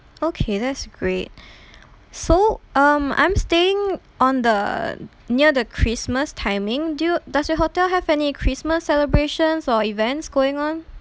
okay that's great so um I'm staying on the near the christmas timing do you does your hotel have any christmas celebrations or events going on